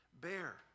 bear